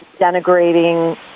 denigrating